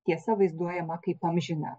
tiesa vaizduojama kaip amžina